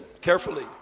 carefully